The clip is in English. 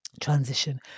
transition